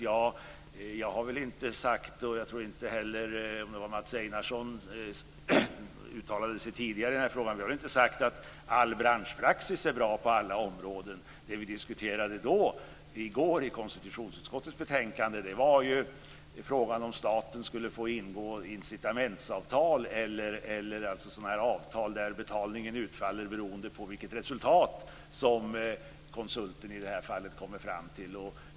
Jag har inte sagt - och inte heller Mats Einarsson som uttalade sig tidigare i den här frågan - att all branschpraxis är bra på alla områden. Det vi diskuterade i går i konstitutionsutskottets betänkande var frågan om ifall staten skulle få ingå incitamentsavtal eller avtal där betalningen utfaller beroende på vilket resultat som konsulter i det här fallet kommer fram till.